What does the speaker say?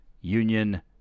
union